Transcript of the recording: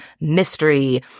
mystery